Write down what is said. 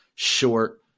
short